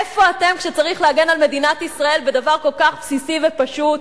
איפה אתם כשצריך להגן על מדינת ישראל בדבר כל כך בסיסי ופשוט,